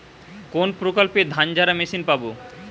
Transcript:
কোনপ্রকল্পে ধানঝাড়া মেশিন পাব?